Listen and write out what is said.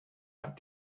out